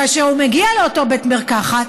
כאשר הוא מגיע לאותו בית מרקחת,